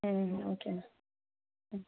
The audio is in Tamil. ம் ஓகேம்மா ம்